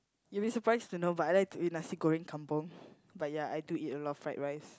you be surprised to know but I like to eat nasi-goreng kampung but ya I do eat a lot of fried rice